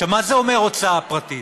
מה זה אומר הוצאה פרטית?